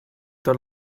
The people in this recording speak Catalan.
tot